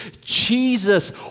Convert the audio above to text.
Jesus